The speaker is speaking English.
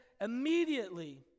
immediately